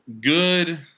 good